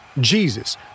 Jesus